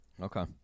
Okay